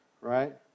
right